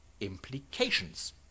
implications